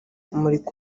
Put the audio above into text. murika